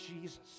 Jesus